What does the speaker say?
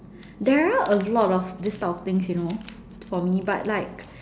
there are a lot of these type of things you know for me but like